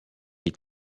est